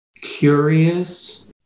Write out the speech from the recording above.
curious